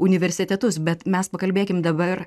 universitetus bet mes pakalbėkim dabar